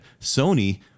Sony